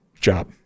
job